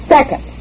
Second